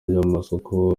ry’amasoko